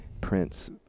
Prince